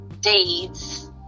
dates